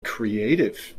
creative